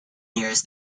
years